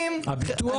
הביטוח,